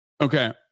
Okay